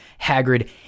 Hagrid